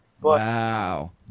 Wow